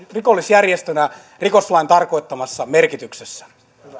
rikollisjärjestönä rikoslain tarkoittamassa merkityksessä